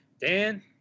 Dan